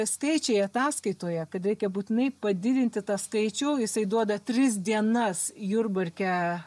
skaičiai ataskaitoje kad reikia būtinai padidinti tą skaičių jisai duoda tris dienas jurbarke